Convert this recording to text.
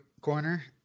corner